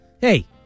Hey